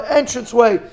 entranceway